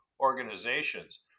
organizations